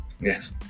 Yes